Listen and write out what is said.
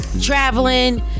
Traveling